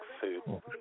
food